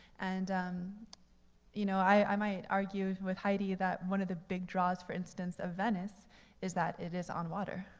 and you know, i might argue with heidi that one of the big draws, for instance, of venice is that it is on water.